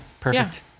Perfect